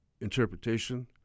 interpretation